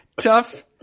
Tough